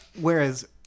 Whereas